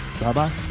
bye-bye